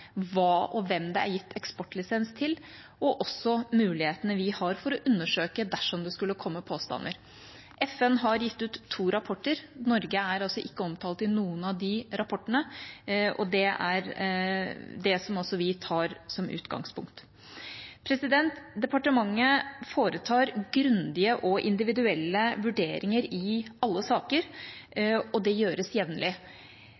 hva og hvem det er gitt eksportlisens til, og også mulighetene vi har for å undersøke dersom det skulle komme påstander. FN har gitt ut to rapporter. Norge er ikke omtalt i noen av de rapportene, og det er det også vi tar som utgangspunkt. Departementet foretar grundige og individuelle vurderinger i alle saker,